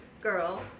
girl